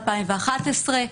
2011,